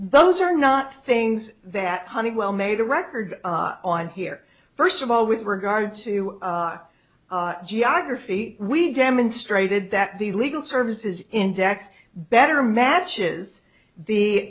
those are not things that honeywell made a record on here first of all with regard to geography we demonstrated that the legal services index better matches the